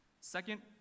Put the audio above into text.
Second